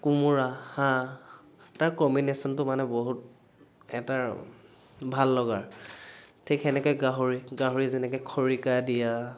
কোমোৰা হাঁহ তাৰ কম্বিনেচনটো মানে বহুত এটা ভাল লগা ঠিক তেনেকে গাহৰি গাহৰি যেনেকে খৰিকা দিয়া